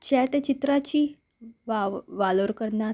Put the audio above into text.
जे ते चित्राची वाव वालोर करनात